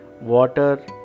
water